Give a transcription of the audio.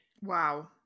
Wow